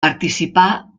participà